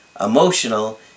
emotional